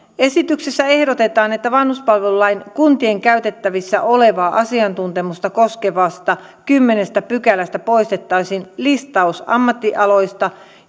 esityksessä ehdotetaan että vanhuspalvelulain kuntien käytettävissä olevaa asiantuntemusta koskevasta kymmenennestä pykälästä poistettaisiin listaus ammattialoista